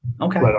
okay